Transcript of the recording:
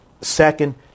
Second